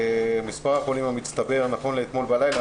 מספר החולים המצטבר נכון לאתמול בלילה